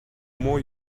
more